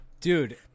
dude